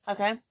Okay